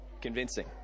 Convincing